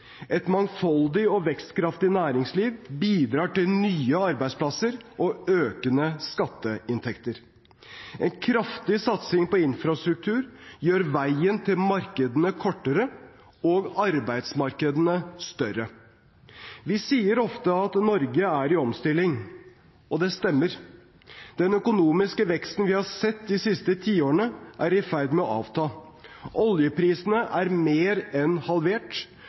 Et mangfoldig og vekstkraftig næringsliv bidrar til nye arbeidsplasser og økende skatteinntekter. En kraftig satsing på infrastruktur gjør veien til markedene kortere og arbeidsmarkedene større. Vi sier ofte at Norge er i omstilling, og det stemmer. Den økonomiske veksten vi har sett de siste tiårene er i ferd med å avta. Oljeprisene er mer enn halvert.